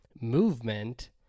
movement